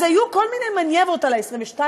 אז היו כל מיני רעיונות על 22,